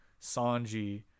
Sanji